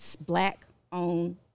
black-owned